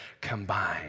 combined